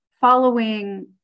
following